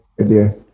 idea